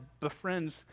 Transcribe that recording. befriends